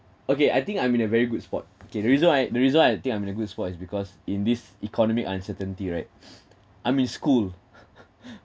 okay I think I'm in a very good spot okay the reason why the reason why I think I'm in a good spot is because in this economic uncertainty right I'm in school